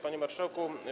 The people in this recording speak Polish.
Panie Marszałku!